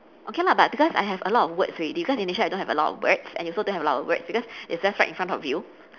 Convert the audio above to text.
okay lah but because I have a lot of words already because initially I don't have a lot of words and you also don't have a lot of words because it's just right in front of you